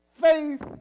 Faith